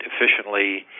efficiently